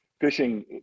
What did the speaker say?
fishing